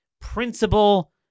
principle